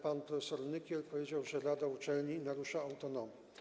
Pan prof. Nykiel powiedział, że rada uczelni narusza autonomię.